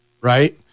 right